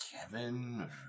Kevin